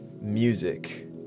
music